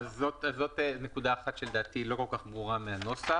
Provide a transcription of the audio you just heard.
זו נקודה אחת שלדעתי לא כל כך ברורה מהנוסח.